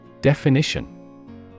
Definition